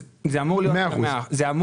זה אמור להיות מאה אחוזים.